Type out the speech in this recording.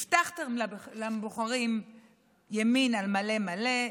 הבטחתם לבוחרים ימין על מלא מלא,